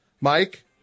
Mike